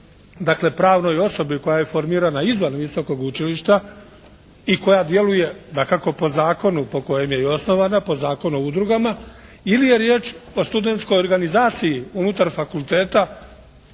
dakle pravnoj osobi koja je formirana izvan visokog učilišta i koja djeluje dakako po zakonu po kojem je i osnovana, po Zakon o udrugama ili je riječ o studentskoj organizaciji unutar fakulteta